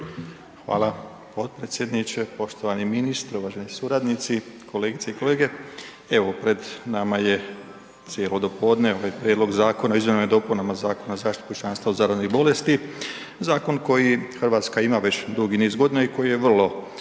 Hvala potpredsjedniče, poštovani ministre, uvaženi suradnici, kolegice i kolege. Evo, pred nama je cijelo dopodne, ovaj prijedlog zakona o izmjenama i dopunama Zakona o zaštiti pučanstva od zaraznih bolesti, zakon koji RH ima već dugi niz godina i koji je vrlo